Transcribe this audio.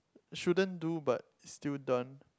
shouldn't do but still done